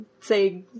say